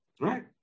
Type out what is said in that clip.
Right